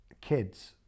kids